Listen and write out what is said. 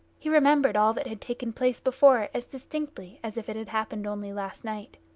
he remembered all that had taken place before as distinctly as if it had happened only last night.